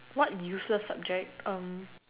what useless subject